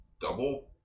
double